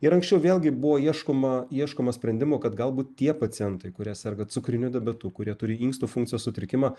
ir anksčiau vėlgi buvo ieškoma ieškoma sprendimų kad galbūt tie pacientai kurie serga cukriniu diabetu kurie turi inkstų funkcijos sutrikimą